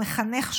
המחנך שלו,